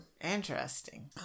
Interesting